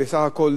בסך הכול,